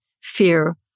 fear